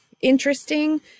interesting